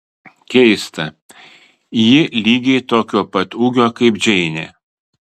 keista ji lygiai tokio pat ūgio kaip džeinė